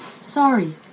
Sorry